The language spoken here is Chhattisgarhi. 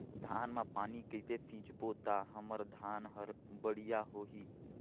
धान मा पानी कइसे सिंचबो ता हमर धन हर बढ़िया होही?